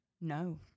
No